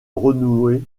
renouer